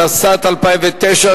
התשס"ט 2009,